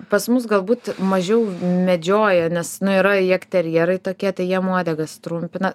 pas mus galbūt mažiau medžioja nes nu yra jagterjerai tokie tai jiem uodegas trumpina